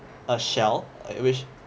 a shell which